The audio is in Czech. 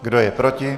Kdo je proti?